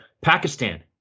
Pakistan